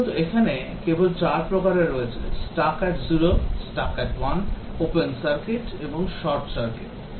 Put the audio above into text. মূলত এখানে কেবল 4 প্রকারের রয়েছে Stuck at 0 Stuck at 1 open circuit short circuit